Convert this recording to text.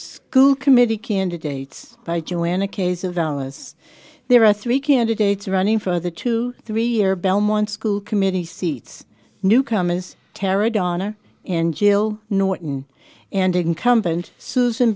school committee candidates by joanna case of dallas there are three candidates running for the two three year belmont school committee seats newcomers terror donna in jail norton and incumbent susan